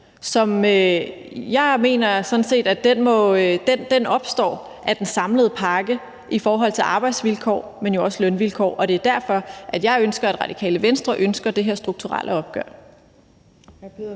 og jeg mener sådan set, at den opstår af den samlede pakke i forhold til arbejdsvilkår, men jo også lønvilkår. Og det er derfor, at jeg ønsker og Radikale Venstre ønsker det her strukturelle opgør.